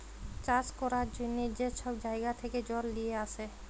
চাষ ক্যরার জ্যনহে যে ছব জাইগা থ্যাকে জল লিঁয়ে আসে